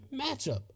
matchup